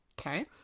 Okay